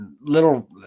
Little